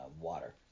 water